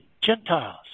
Gentiles